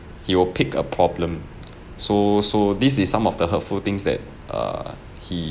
he will pick a problem so so this is some of the hurtful things that err he